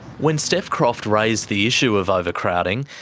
when steph croft raised the issue of overcrowding,